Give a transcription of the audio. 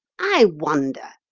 i wonder,